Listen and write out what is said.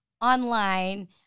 online